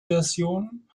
version